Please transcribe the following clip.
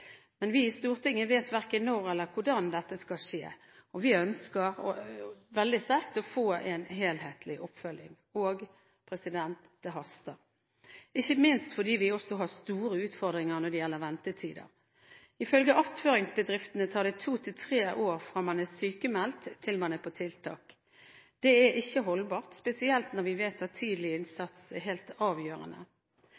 Men vi i Stortinget vet verken når eller hvordan dette skal skje. Vi ønsker veldig sterkt å få en helhetlig oppfølging. Det haster, ikke minst fordi vi også har store utfordringer når det gjelder ventetider. Ifølge attføringsbedriftene tar det to–tre år fra man er sykmeldt, til man er på tiltak. Det er ikke holdbart, spesielt når vi vet at tidlig